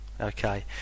okay